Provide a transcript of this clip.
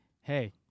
Hey